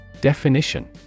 Definition